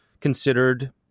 considered